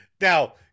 now